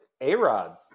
A-Rod